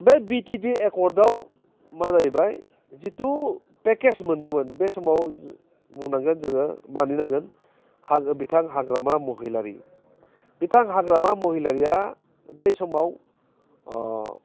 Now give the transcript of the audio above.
बै बिटिएडि एकर्टआव मा जाहैबाय जिथु फेखेस मोनदोंमोन बे समाव बुंनांगोन जोङो मानिनांगोन हा बिथां हाग्रामा महिलारि बिथां हाग्रामा महिलारिआ बै समाव